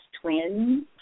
twins